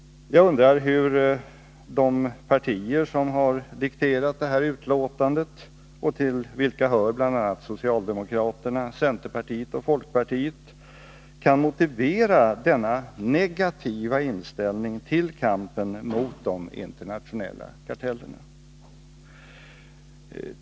Jag undrar hur de partier som har dikterat det här utlåtandet, till vilka hör bl.a. socialdemokraterna, centerpartiet och folkpartiet, kan motivera denna negativa inställning till kampen mot de internationella kartellerna.